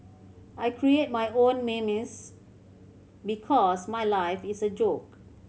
I create my own memes because my life is a joke